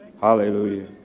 hallelujah